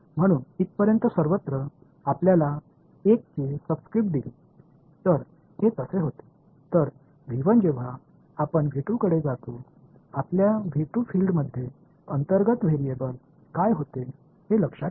म्हणून इथपर्यंत सर्वत्र आपल्याला 1 ची सबस्क्रिप्ट दिसली तर हे तसे होते तर जेव्हा आपण कडे जातो आपल्या फिल्डमध्ये अंतर्गत व्हेरिएबल काय होते हे लक्षात ठेवू